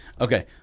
Okay